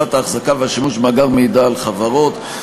ההחזקה והשימוש במאגר מידע על חברות),